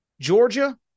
Georgia